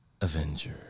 Avenger